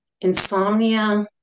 Insomnia